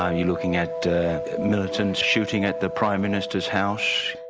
um you're looking at militants shooting at the prime minister's house.